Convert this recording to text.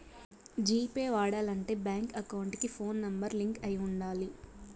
G pay వాడాలంటే bank account కి phone number link అయి ఉండాలి